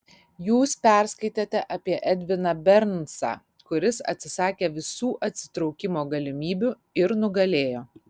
jūs perskaitėte apie edviną bernsą kuris atsisakė visų atsitraukimo galimybių ir nugalėjo